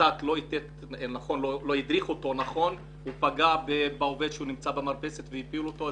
אתת לא הדריך נכון את המנופאי הוא פגע בעובד שנמצא במרפסת והרג אותו.